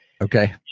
Okay